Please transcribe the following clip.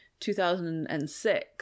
2006